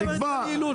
הסכום נקבע,